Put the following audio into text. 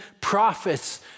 prophets